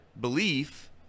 belief